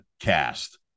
cast